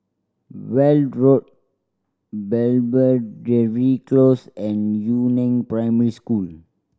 Weld Road Belvedere Close and Yu Neng Primary School